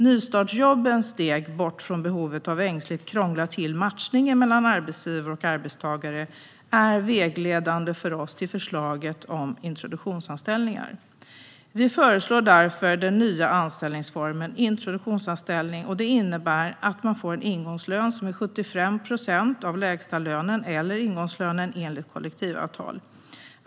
Nystartsjobb är steg bort från behovet av att ängsligt krångla till matchningen mellan arbetsgivare och arbetstagare och är vägledande för oss när det gäller förslaget om introduktionsanställningar. Vi föreslår därför den nya anställningsformen introduktionsanställning. Den innebär att man får en ingångslön som är 75 procent av lägstalönen eller ingångslönen enligt kollektivavtal.